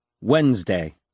Wednesday